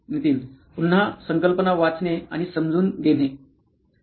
नितीन पुन्हा संकल्पना वाचणे आणि समजून घेणे